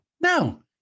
no